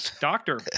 doctor